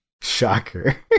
shocker